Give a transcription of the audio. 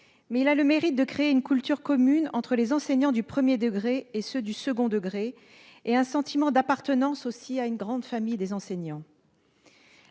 mais il a le mérite de créer une culture commune entre les enseignants du premier degré et ceux du second degré, ainsi qu'un sentiment d'appartenance à la grande famille des enseignants.